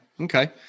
okay